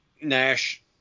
Nash